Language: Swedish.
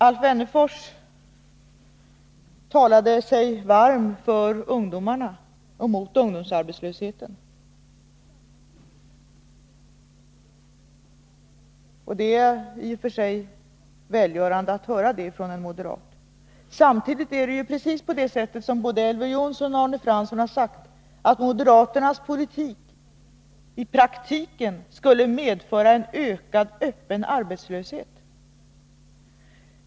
Alf Wennerfors talade sig varm för ungdomarna och mot ungdomsarbetslösheten. Det är i och för sig välgörande att höra det från en moderat. Samtidigt är det precis på det sättet som både Elver Jonsson och Arne Fransson har sagt, att moderaternas politik i praktiken skulle medföra en ökad öppen arbetslöshet.